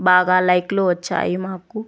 బాగా లైకులు వచ్చాయి మాకు